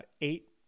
Eight